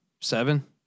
seven